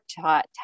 taught